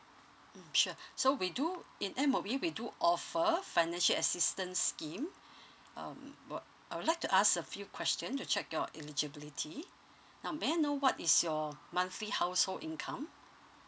mm sure so we do in M_O_E we do offer financial assistance scheme um uh I would like to ask a few questions to check your eligibility now may I know what is your monthly household income